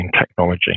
technology